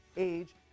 age